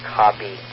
copy